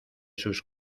sus